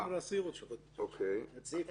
גם את סעיף